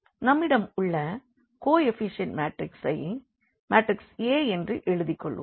எனவே நம்மிடம் உள்ள கோ எஃப்பிஷியெண்ட் மேட்ரிக்சை நாம் மேட்ரிக்ஸ் A என்று எழுதிக்கொள்வோம்